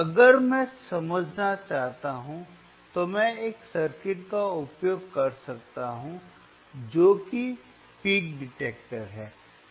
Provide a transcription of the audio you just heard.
अगर मैं समझना चाहता हूं तो मैं सर्किट का उपयोग कर सकता हूं जो कि पीक डिटेक्टर है